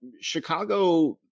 Chicago